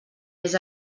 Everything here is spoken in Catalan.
més